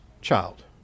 child